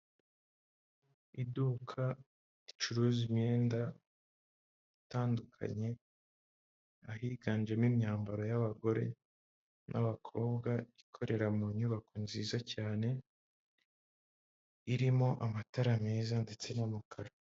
Iduka ricuruza imyenda itandukanye, ahiganjemo imyambaro y'abagore n'abakobwa, ikorera mu nyubako nziza cyane, irimo amatara meza ndetse n'amakaro.